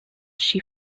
she